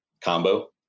combo